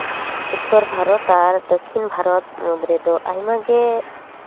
ᱩᱛᱛᱚᱨ ᱵᱷᱟᱨᱚᱛ ᱟᱨ ᱫᱚᱠᱠᱷᱤᱱ ᱵᱷᱟᱨᱚᱛ ᱢᱩᱫᱽ ᱨᱮᱫᱚ ᱟᱭᱢᱟ ᱜᱮ